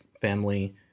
family